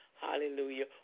Hallelujah